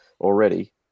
already